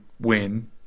win